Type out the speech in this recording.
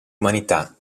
umanità